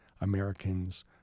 Americans